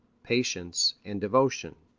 patience and devotion.